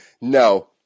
No